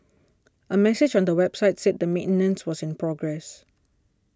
a message on the website said that maintenance was in progress